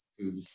food